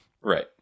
Right